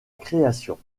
création